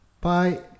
bye